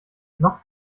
noch